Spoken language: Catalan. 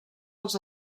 els